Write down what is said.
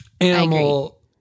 Animal